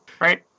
Right